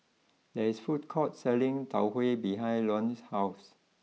there is a food court selling Tau Huay behind Luann's house